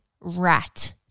rat